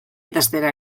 idaztera